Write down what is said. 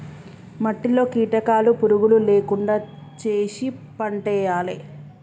మట్టిలో కీటకాలు పురుగులు లేకుండా చేశి పంటేయాలే